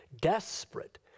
desperate